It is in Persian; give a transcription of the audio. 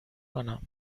کنم